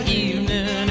evening